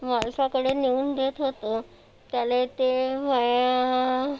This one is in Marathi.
मालकाकडे नेऊन देत होतो त्याला ते माझ्या